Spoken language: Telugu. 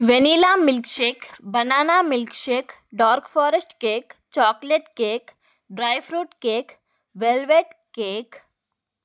vanilla milkshake banana milkshake dark forest cake chocolate cake dry fruit cake velvet cake